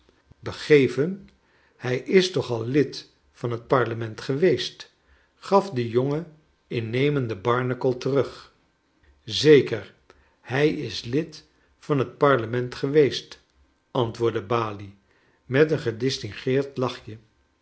begeven hij is toch al lid van het parlement geweest gaf de jonge innemende barnacle terug zeker hij is lid van het parlement geweest ant woordde balie met een gedistingeerd lachje